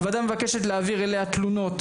הוועדה מבקשת להעביר אליה תלונות,